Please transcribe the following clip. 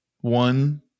One